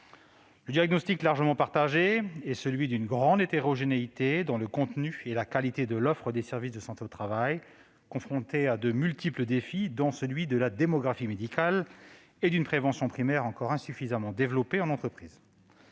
Le diagnostic, largement partagé, est celui d'une grande hétérogénéité dans le contenu et la qualité de l'offre des services de santé au travail, qui sont confrontés à de multiples défis, dont celui de la démographie médicale, et d'une prévention primaire encore insuffisamment développée en entreprise.